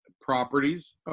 properties